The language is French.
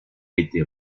été